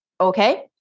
okay